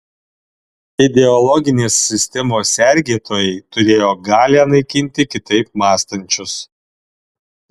ideologinės sistemos sergėtojai turėjo galią naikinti kitaip mąstančius